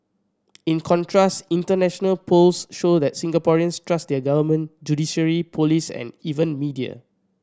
in contrast international polls show that Singaporeans trust their government judiciary police and even media